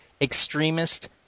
extremist